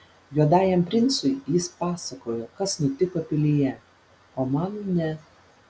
juodajam princui jis pasakojo kas nutiko pilyje o man ne